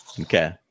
Okay